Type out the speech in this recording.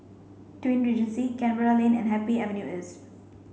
Twin Regency Canberra Lane and Happy Avenue East